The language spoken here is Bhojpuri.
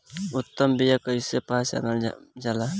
उत्तम बीया कईसे पहचानल जाला?